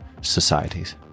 societies